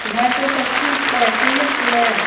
گھر پہ سب ٹھیک ہے خیریت سے ہے